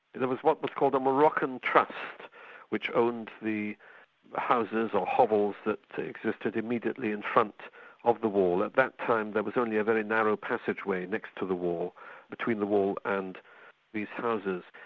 there was what was called a moroccan trust which owned the the houses or hovels that existed immediately in front of the wall. at that time there was only a very narrow passageway next to the wall between the wall and these houses.